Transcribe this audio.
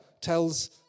tells